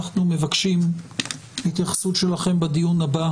אנחנו מבקשים התייחסות שלכם בדיון הבא